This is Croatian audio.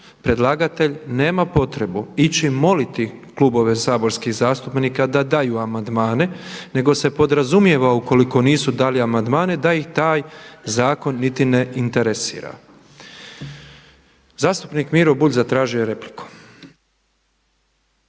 predlagatelj nema potrebu ići moliti klubove saborskih zastupnika da daju amandmane nego se podrazumijeva ukoliko nisu dali amandmane da ih taj zakon niti ne interesira. Zastupnik Miro Bulj zatražio je repliku.